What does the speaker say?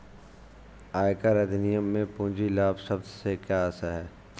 आयकर अधिनियम में पूंजी लाभ शब्द से क्या आशय है?